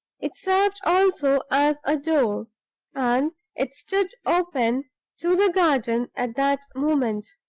it served also as a door and it stood open to the garden at that moment.